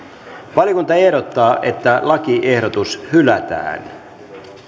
valiokunta ehdottaa että lakiehdotus hylätään